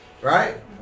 Right